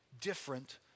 different